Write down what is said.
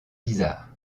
bizarre